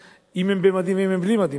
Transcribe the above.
אם הם במדים ואם הם בלי במדים,